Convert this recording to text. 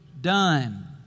done